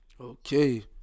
Okay